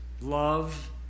love